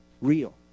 real